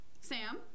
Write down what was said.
Sam